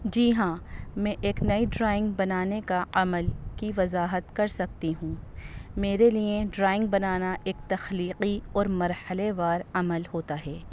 جی ہاں میں ایک نئی ڈرائنگ بنانے کا عمل کی وضاحت کر سکتی ہوں میرے لیے ڈرائنگ بنانا ایک تخلیقی اور مرحلے وار عمل ہوتا ہے